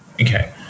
Okay